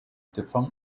defunct